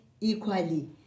equally